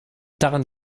daran